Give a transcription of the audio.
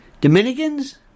Dominicans